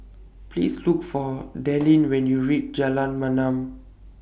Please Look For Dallin when YOU REACH Jalan